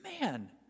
man